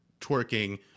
twerking